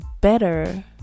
better